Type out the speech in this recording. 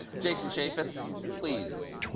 jason chaffetz, please,